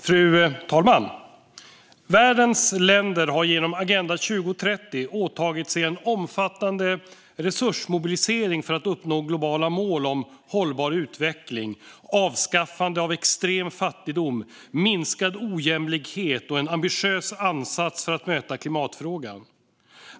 Fru talman! Världens länder har genom Agenda 2030 åtagit sig en omfattande resursmobilisering för att uppnå globala mål om hållbar utveckling, avskaffande av extrem fattigdom, minskad ojämlikhet och en ambitiös ansats för att möta klimatfrågan.